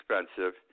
expensive